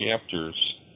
chapters